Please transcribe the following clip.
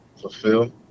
fulfill